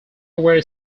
were